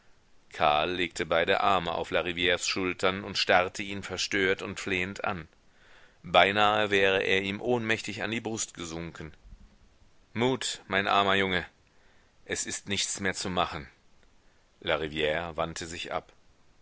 karl legte beide arme auf larivires schultern und starrte ihn verstört und flehend an beinahe wäre er ihm ohnmächtig an die brust gesunken mut mein armer junge es ist nichts mehr zu machen larivire wandte sich ab